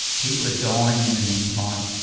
people are dying in the meantime,